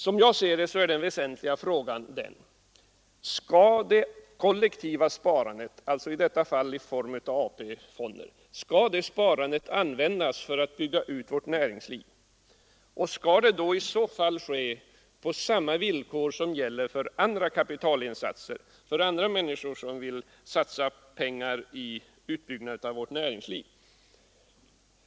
Som jag ser det är den väsentliga frågan: Skall det kollektiva sparandet — i detta fall i form av AP-fonder — användas för att bygga ut vårt näringsliv, och skall det i så fall ske på samma villkor som gäller för andra kapitalinsatser, för andra människor som vill satsa pengar i utbyggnad av vårt näringsliv?